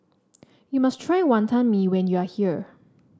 you must try Wonton Mee when you are here